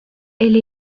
elle